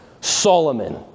Solomon